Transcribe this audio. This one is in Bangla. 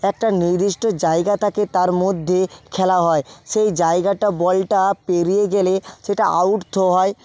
একটা নির্দিষ্ট জায়গা থাকে তার মধ্যে খেলা হয় সেই জায়গাটা বলটা পেরিয়ে গেলে সেটা আউট হয়